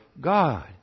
God